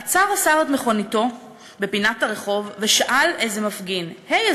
עצר השר את מכוניתו בפינת הרחוב ושאל איזה מפגין: הי,